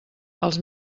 els